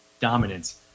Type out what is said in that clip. dominance